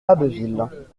abbeville